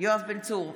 יואב בן צור,